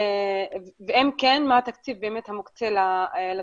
ואם כן, מה התקציב המוקצה לתוכנית?